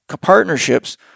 partnerships